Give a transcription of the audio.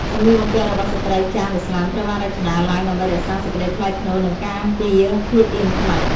សម្លៀកបំពាក់របស់ស្ត្រីចាមឥស្លាមត្រូវបានរចនាឡើងដើម្បីរក្សាសេចក្តីថ្លៃថ្នូរ និងការពារភាពអៀនខ្មាស។